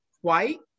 White